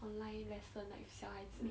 online lesson like 小孩子